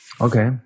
Okay